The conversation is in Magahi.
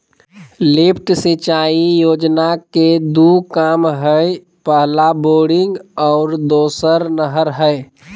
लिफ्ट सिंचाई योजना के दू काम हइ पहला बोरिंग और दोसर नहर हइ